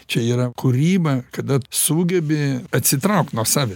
čia yra kūryba kada sugebi atsitraukt nuo save